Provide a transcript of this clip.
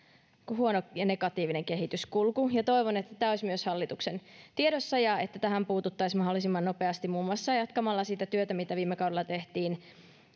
huono ja negatiivinen kehityskulku toivon että tämä olisi myös hallituksen tiedossa ja että tähän puututtaisiin mahdollisimman nopeasti muun muassa jatkamalla sitä työtä mitä viime kaudella tehtiin